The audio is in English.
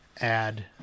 add